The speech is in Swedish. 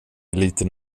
liten